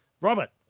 Robert